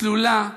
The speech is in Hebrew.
צלולה,